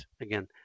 again